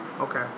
okay